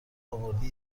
آوردی